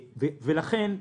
לכן,